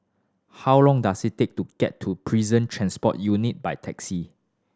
how long does it take to get to Prison Transport Unit by taxi